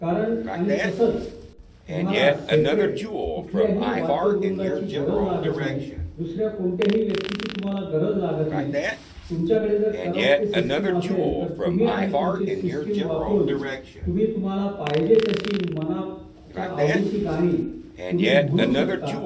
कारण आणि तसंच तुम्हाला सेपरेट कुठल्याही वाद्यवृंदाची गरज लागत नाही दुसऱ्या कोणत्याही व्यक्तीची तुम्हाला गरज लागत नाही तुमच्याकडे जर करौके सिस्टीम असेल तर तुम्ही आणि तुमचे सिस्टीम वापरून तुम्ही तुम्हाला पाहिजे तशी मनाच्या आवडीची गाणी तुम्ही म्हणू शकता